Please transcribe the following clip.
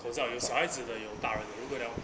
口罩有小孩子的有大人的有个了